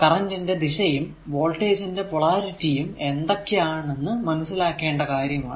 current ന്റെ ദിശയും voltage ന്റെ പൊളാരിറ്റി യും എന്തൊക്കെയാണെന്ന് മനസ്സിലാക്കേണ്ട കാര്യമാണ്